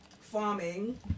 Farming